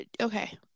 okay